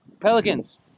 Pelicans